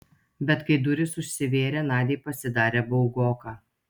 bet kai durys užsivėrė nadiai pasidarė baugoka